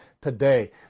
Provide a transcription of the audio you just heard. today